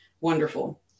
wonderful